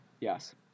Yes